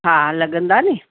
हा लॻंदा नी